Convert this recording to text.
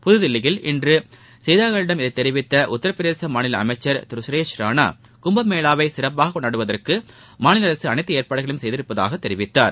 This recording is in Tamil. புதுதில்லியில் இன்று செய்தியாளர்களிடம் இதைத் தெரிவித்த உத்தாப் பிரதேச மாநில அமைச்சர் திரு கரேஷ் ராணா கும்பமேளாவை சிறப்பாக கொண்டாடுவதற்கு மாநில அரசு அனைத்து ஏற்பாடுகளையும் செய்துள்ளதாக தெரிவித்தார்